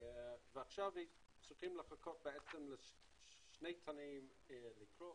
ועכשיו צריכים לחכות לשני תנאים לקרות.